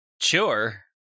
Sure